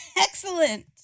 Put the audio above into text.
Excellent